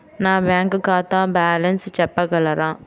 నా బ్యాంక్ ఖాతా బ్యాలెన్స్ చెప్పగలరా?